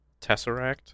Tesseract